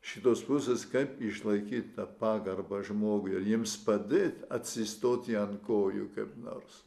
šitos pusės kaip išlaikyt tą pagarbą žmogui jiems padėt atsistoti ant kojų kaip nors